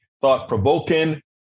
thought-provoking